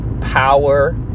power